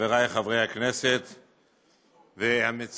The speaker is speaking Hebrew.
חבריי חברי הכנסת והמציעים,